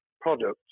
products